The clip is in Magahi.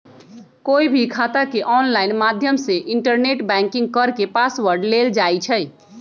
कोई भी खाता के ऑनलाइन माध्यम से इन्टरनेट बैंकिंग करके पासवर्ड लेल जाई छई